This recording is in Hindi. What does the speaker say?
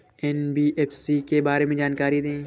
एन.बी.एफ.सी के बारे में जानकारी दें?